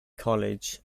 college